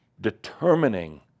determining